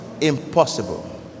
impossible